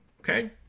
okay